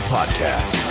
Podcast